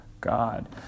God